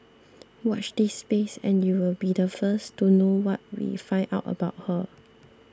watch this space and you'll be the first to know what we find out about her